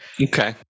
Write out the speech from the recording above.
Okay